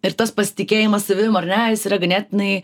ir tas pasitikėjimas savim ar ne jis yra ganėtinai